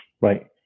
Right